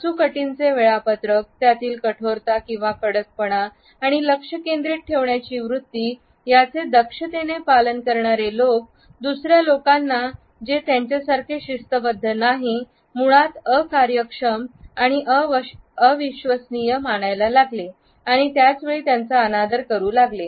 अचूक अटींचे वेळापत्रक त्यातील कठोरता किंवा कडकपणा आणि लक्ष केंद्रित ठेवण्याची वृत्ती याचे दक्षतेने पालन करणारे लोक दुसऱ्या लोकांना जे त्यांच्यासारखे शिस्तबद्ध नाही मुळात अकार्यक्षम आणि अविश्वसनीय मानायला लागले आणि त्याच वेळी त्यांचा अनादर करू लागले